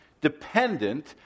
dependent